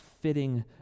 fitting